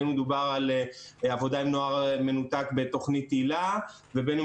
בין אם מדובר על עבודה עם נוער מנותק בתוכנית היל"ה ובין אם